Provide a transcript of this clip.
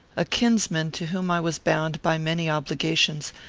a kinsman, to whom i was bound by many obligations,